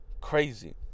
Crazy